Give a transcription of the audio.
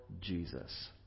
Jesus